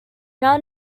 now